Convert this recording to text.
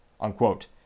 unquote